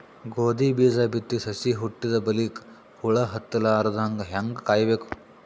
ಗೋಧಿ ಬೀಜ ಬಿತ್ತಿ ಸಸಿ ಹುಟ್ಟಿದ ಬಲಿಕ ಹುಳ ಹತ್ತಲಾರದಂಗ ಹೇಂಗ ಕಾಯಬೇಕು?